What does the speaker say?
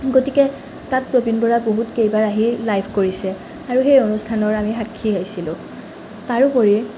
গতিকে তাত প্ৰবীণ বৰা বহুত কেইবাৰ আহি লাইভ কৰিছে আৰু সেই অনুষ্ঠানৰ আমি সাক্ষী আছিলোঁ তাৰোপৰি